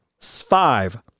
five